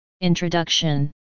Introduction